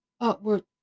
upward